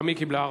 רגב קיבלה.